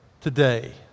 today